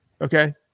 Okay